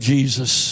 Jesus